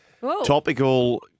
topical